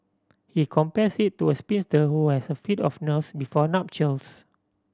he compares it to a spinster who has a fit of nerves before nuptials